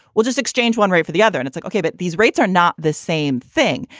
we'll just exchange one rate for the other and it's like, ok, but these rates are not the same thing.